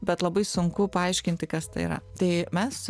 bet labai sunku paaiškinti kas tai yra tai mes